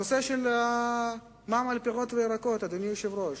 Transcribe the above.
נושא המע"מ על פירות וירקות, אדוני היושב-ראש,